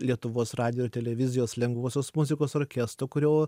lietuvos radijo ir televizijos lengvosios muzikos orkestro kurio